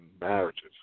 marriages